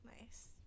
Nice